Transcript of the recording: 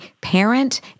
parent